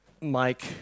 Mike